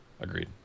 Agreed